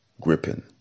Gripping